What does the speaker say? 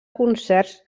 concerts